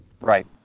Right